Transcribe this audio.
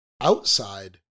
Outside